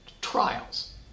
trials